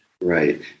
Right